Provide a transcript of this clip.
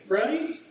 right